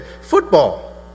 football